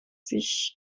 sich